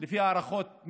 לפי ההערכות,